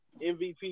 MVP